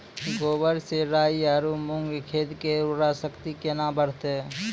गोबर से राई आरु मूंग खेत के उर्वरा शक्ति केना बढते?